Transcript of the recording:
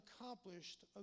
accomplished